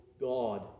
God